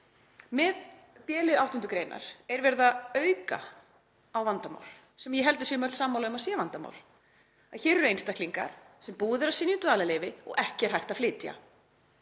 Með b-lið 8. gr. er verið að auka á vandamál sem ég held við séum öll sammála um að sé vandamál, að hér eru einstaklingar sem búið er að synja um dvalarleyfi og ekki er hægt að flytja.